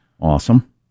Awesome